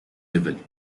level